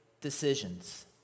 decisions